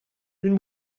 une